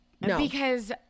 because-